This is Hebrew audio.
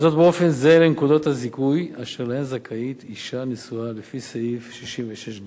וזאת באופן זהה לנקודות הזיכוי אשר להן זכאית אשה נשואה לפי סעיף 66(ג).